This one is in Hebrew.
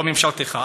או ממשלתך.